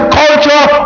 culture